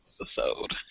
episode